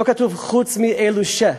לא כתוב: חוץ מאלו ש-.